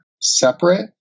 separate